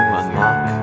unlock